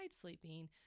sleeping